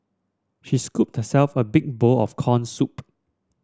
she scooped herself a big bowl of corn soup